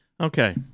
Okay